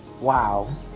Wow